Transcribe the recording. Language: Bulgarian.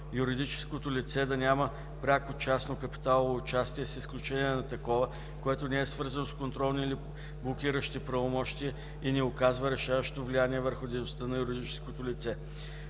юридическото лице да няма пряко частно капиталово участие, с изключение на такова, което не е свързано с контролни или блокиращи правомощия и не оказва решаващо влияние върху дейността на юридическото лице;